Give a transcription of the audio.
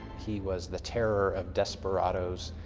he was the terror of desperadoes.